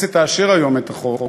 הכנסת תאשר היום את החוק,